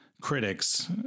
critics